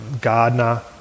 Gardner